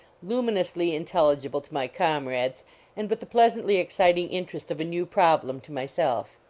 luminously intelligible to my comrades and with the pleasantly exciting interest of a new problem to myself.